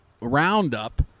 roundup